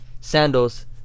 Sandals